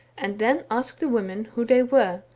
and then asked the women who they were,